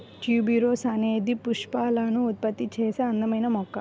tuberose అనేది పుష్పాలను ఉత్పత్తి చేసే అందమైన మొక్క